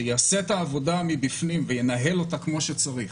שיעשה את העבודה מבפנים וינהל אותה כמו שצריך